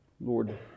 Lord